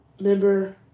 member